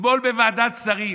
אתמול בוועדת שרים,